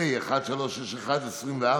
פ/1631/24